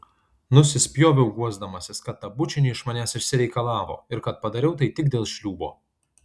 nusispjoviau guosdamasis kad tą bučinį iš manęs išsireikalavo ir kad padariau tai tik dėl šliūbo